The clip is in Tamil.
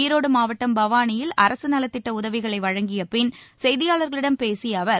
ஈரோடு மாவட்டம் பவானியில் அரசு நலத்திட்ட உதவிகளை வழங்கியபின் செய்தியாளர்களிடம் பேசிய அவர்